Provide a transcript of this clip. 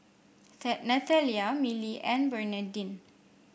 Nathalia Milly and Bernadine